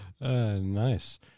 Nice